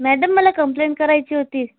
madam मला complaint करायची होती